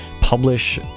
publish